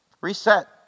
Reset